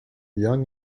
young